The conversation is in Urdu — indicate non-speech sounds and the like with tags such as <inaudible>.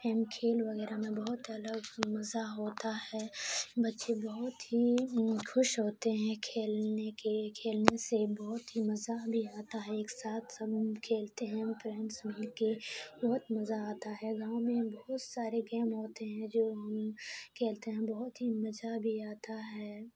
اہم کھیل وغیرہ میں بہت الگ مزہ ہوتا ہے بچے بہت ہی خوش ہوتے ہیں کھیلنے کے کھیلنے سے بہت ہی مزہ بھی آتا ہے ایک ساتھ سب <unintelligible> کھیلتے ہیں فرینڈس مل کے بہت مزہ آتا ہے گاؤں میں بہت سارے گیم ہوتے ہیں جو ہم کھیلتے ہیں بہت ہی مزہ بھی آتا ہے